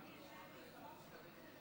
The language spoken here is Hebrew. אדוני ראש הממשלה,